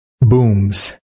Booms